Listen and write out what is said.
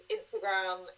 Instagram